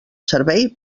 servei